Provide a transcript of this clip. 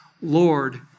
Lord